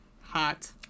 Hot